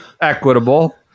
equitable